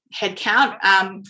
headcount